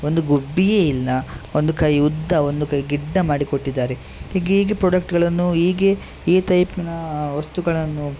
ಒಂದು ಗುಬ್ಬಿಯೇ ಇಲ್ಲ ಒಂದು ಕೈ ಉದ್ದ ಒಂದು ಕೈ ಗಿಡ್ಡ ಮಾಡಿ ಕೊಟ್ಟಿದ್ದಾರೆ ಹೀಗೆ ಹೇಗೆ ಪ್ರೊಡಕ್ಟ್ಗಳನ್ನು ಹೀಗೆ ಈ ಟೈಪ್ನ ವಸ್ತುಗಳನ್ನು